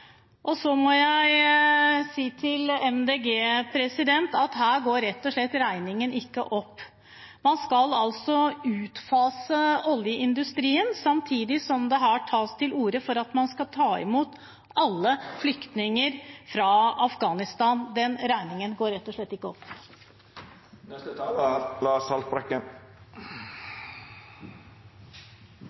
Og så må jeg si til Miljøpartiet De Grønne at her går rett og slett regningen ikke opp. Man skal altså utfase oljeindustrien samtidig som det her tas til orde for at man skal ta imot alle flyktninger fra Afghanistan. Den regningen går rett og slett ikke